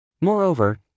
Moreover